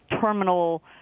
Terminal